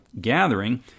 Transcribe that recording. gathering